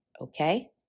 okay